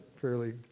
fairly